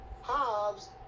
Hobbs